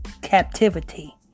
captivity